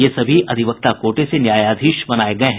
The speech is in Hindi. ये सभी अधिवक्ता कोटे से न्यायाधीश बनाये गये हैं